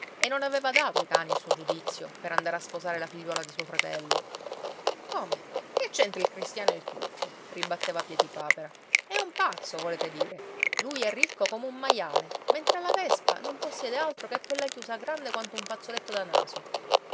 e non aveva dato ai cani il suo giudizio per andare a sposare la figliuola di suo fratello come c'entra il cristiano e il turco ribatteva piedipapera è un pazzo volete dire lui è ricco come un maiale mentre la vespa non possiede altro che quella chiusa grande quanto un fazzoletto da naso